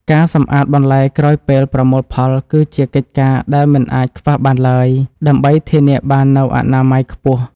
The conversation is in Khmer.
ការសម្អាតបន្លែក្រោយពេលប្រមូលផលគឺជាកិច្ចការដែលមិនអាចខ្វះបានឡើយ ដើម្បីធានាបាននូវអនាម័យខ្ពស់។